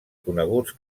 coneguts